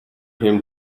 him